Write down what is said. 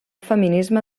feminisme